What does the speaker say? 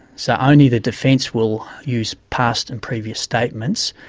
so only the defence will use past and previous statements,